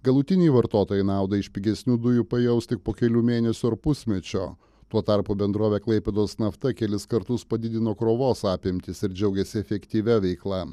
galutiniai vartotojai naudą iš pigesnių dujų pajaus tik po kelių mėnesių ar pusmečio tuo tarpu bendrovė klaipėdos nafta kelis kartus padidino krovos apimtis ir džiaugiasi efektyvia veikla